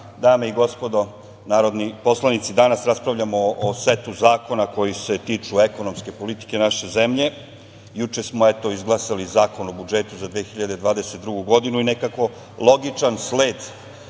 dame i gospodo narodni poslanici, danas raspravljamo o setu zakona koji se tiču ekonomske politike naše zemlje. Juče smo izglasali Zakon o budžetu za 2022. godinu i nekako, logičan sled